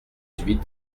huit